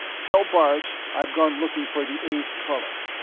tell bart i've gone looking for the eighth color.